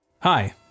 Hi